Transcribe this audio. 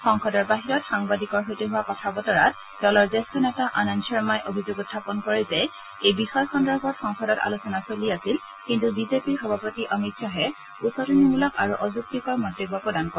সংসদৰ বাহিৰত সাংবাদিকৰ সৈতে হোৱা কথা বতৰাত দলৰ জ্যেষ্ঠ নেতা আনন্দ শৰ্মাই অভিযোগ উখাপন কৰে যে এই বিষয় সন্দৰ্ভত সংসদত আলোচনা চলি আছিল কিন্তু বিজেপিৰ সভাপতি অমিত শ্বাহে উচতনিমূলক আৰু অযুক্তিকৰ মন্তব্য প্ৰদান কৰে